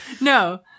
No